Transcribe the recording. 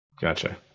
Gotcha